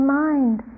mind